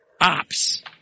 Ops